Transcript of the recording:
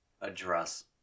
address